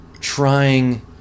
trying